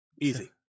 Easy